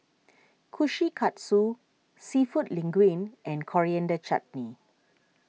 Kushikatsu Seafood Linguine and Coriander Chutney